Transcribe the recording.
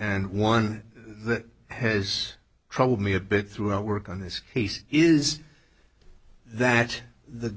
and one that has troubled me a bit through our work on this case is that the